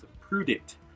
prudent